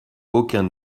aucun